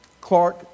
Clark